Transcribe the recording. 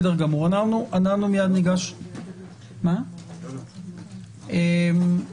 הגיע גם חבר הכנסת סעדי שביקש ליטול חלק בהצבעה,